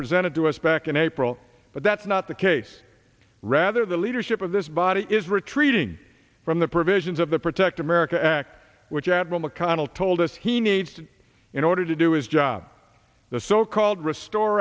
presented to us back in april but that's not the case rather the leadership of this body is retreating from the provisions of the protect america act which admiral mcconnell told us he needs to in order to do its job so called restore